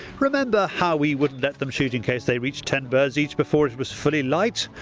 remember how we wouldn't let them shoot in case they reached ten birds each before it was fully light?